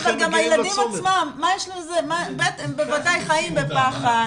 גם הילדים עצמם, הם בוודאי חיים בפחד.